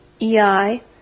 ei